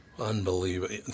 Unbelievable